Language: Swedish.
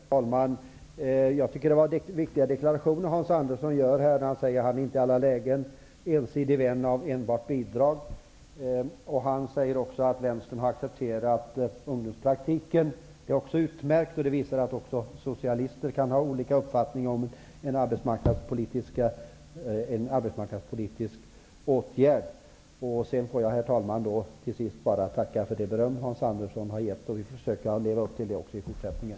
Herr talman! Jag tycker att det är viktiga deklarationer som Hans Andersson gör här när han hävdar att han inte i alla lägen är ensidig vän av enbart bidrag. Han säger också att Vänstern har accepterat ungdomspraktiken. Det är också utmärkt. Det visar att också socialister kan ha olika uppfattning om arbetsmarknadspolitiska åtgärder. Jag får till sist tacka för det beröm Hans Andersson har gett. Vi får försöka leva upp till det i fortsättningen.